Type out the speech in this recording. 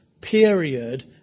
period